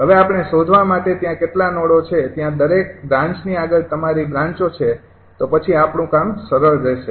હવે આપણે શોધવા માટે ત્યાં કેટલા નોડો છે ત્યાં દરેક બ્રાન્ચની આગળ તમારી બ્રાંચો છે તો પછી આપણું કામ સરળ રહેશે